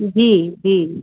जी जी